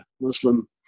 Muslim